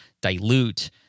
dilute